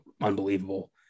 unbelievable